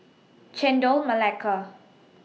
Chendol Melaka